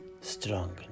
strong